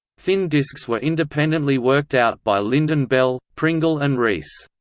thin disks were independently worked out by lynden-bell, pringle and rees.